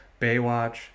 Baywatch